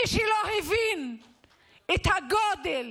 מי שלא הבין את הגודל